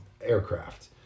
aircraft